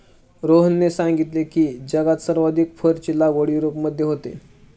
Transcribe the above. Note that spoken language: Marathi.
रोहनने सांगितले की, जगात सर्वाधिक फरची लागवड युरोपमध्ये होते